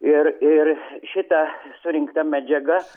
ir ir šitą surinkta medžiaga